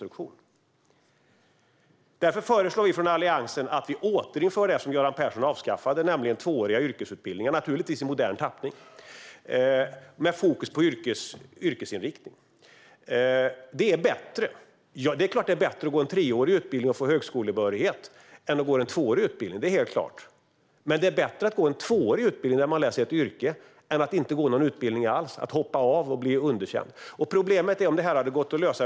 Därför föreslår vi från Alliansen att vi återinför det som Göran Persson avskaffade, nämligen tvååriga yrkesutbildningar - naturligtvis i modern tappning och med fokus på yrkesinriktning. Det är helt klart att det är bättre att gå en treårig utbildning och få högskolebehörighet än att gå en tvåårig utbildning. Men det är bättre att gå en tvåårig utbildning där man lär sig ett yrke än att inte gå någon utbildning alls och att hoppa av och bli underkänd. Detta är ett problem som vi inte har kunnat lösa.